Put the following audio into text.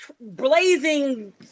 blazing